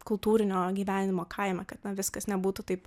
kultūrinio gyvenimo kaime kad na viskas nebūtų taip